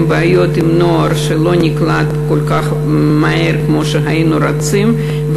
בעיות עם נוער שלא נקלט כל כך מהר כמו שהיינו רוצים,